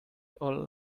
all